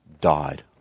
died